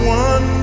one